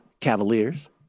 Cavaliers